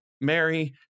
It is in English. Mary